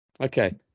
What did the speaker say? Okay